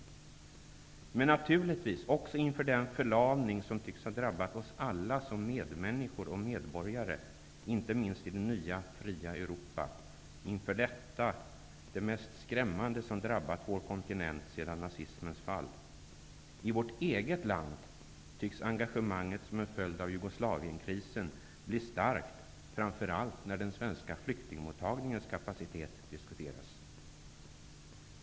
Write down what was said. Det här gäller naturligtvis också inför den förlamning som tycks ha drabbat oss alla som medmänniskor och medborgare -- inte minst i det nya, fria Europa -- inför detta det mest skrämmande som har drabbat vår kontinent sedan nazismens fall. I vårt eget land tycks engagemanget som en följd av Jugoslavienkrisen bli starkt främst när den svenska flyktingmottagningens kapacitet diskuteras.